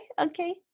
Okay